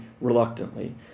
reluctantly